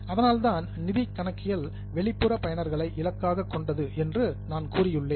அதனால்தான் நிதி கணக்கியல் வெளிப்புற பயனர்களை இலக்காகக் கொண்டது என்று நான் கூறியுள்ளேன்